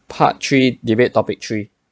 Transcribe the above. part three debate topic three